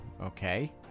Okay